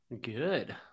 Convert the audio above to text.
good